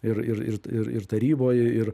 ir ir ir ir ir taryboj ir